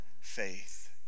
faith